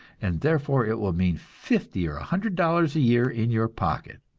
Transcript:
and therefore it will mean fifty or a hundred dollars a year in your pocket.